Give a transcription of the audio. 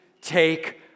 take